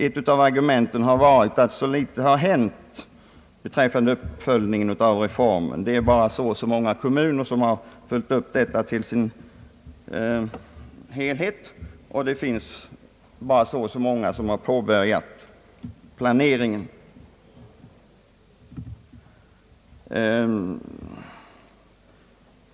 Ett av argumenten har varit att så litet har hänt då det gällt att förverkliga reformen — det är bara så och så många kommuner som har följt upp den i dess helhet, så och så många som har påbörjat planeringen.